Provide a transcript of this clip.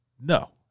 No